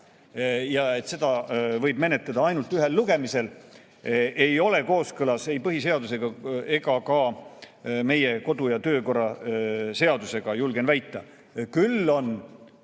ja seda võib menetleda ainult ühel lugemisel, ei ole kooskõlas ei põhiseadusega ega ka meie kodu‑ ja töökorra seadusega, julgen väita. Küll on,